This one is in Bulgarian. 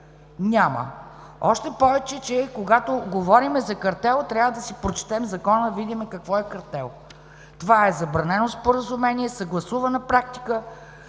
няма. Още повече когато говорим за картел, трябва да си прочетем закона, за да видим какво е картел. Това е забранено споразумение, съгласувана практика,